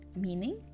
meaning